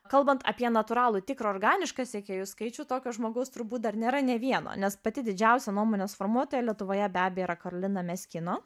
kalbant apie natūralų tikrą organišką sekėjų skaičių tokio žmogaus turbūt dar nėra nė vieno nes pati didžiausia nuomonės formuotoja lietuvoje be abejo yra karolina meskino